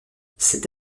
cette